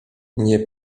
nie